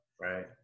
right